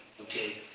Okay